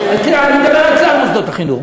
אני מדבר על כלל מוסדות החינוך.